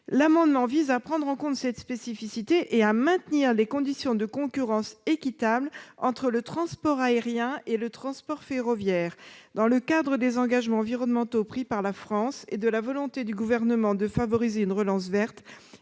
amendement vise à prendre en compte cette spécificité et à maintenir les conditions d'une concurrence équitable entre le transport aérien et le transport ferroviaire. Au regard des engagements environnementaux pris par la France et de la volonté du Gouvernement de favoriser une relance verte,